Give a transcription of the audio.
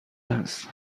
هستم